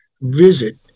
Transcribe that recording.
visit